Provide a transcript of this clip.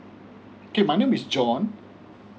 okay my name is john